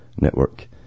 network